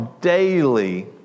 daily